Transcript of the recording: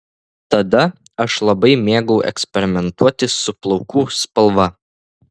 tada aš labai mėgau eksperimentuoti su plaukų spalva